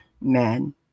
men